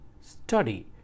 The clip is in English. study